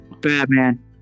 Batman